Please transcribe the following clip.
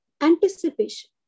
anticipation